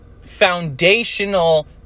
foundational